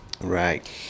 Right